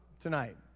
tonight